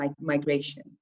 migration